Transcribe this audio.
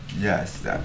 Yes